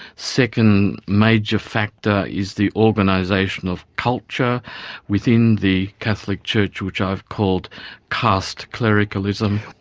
second major factor is the organisation of culture within the catholic church, which i've called caste clericalism.